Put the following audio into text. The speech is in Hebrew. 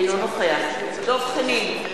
אינו נוכח דב חנין,